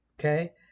okay